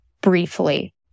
briefly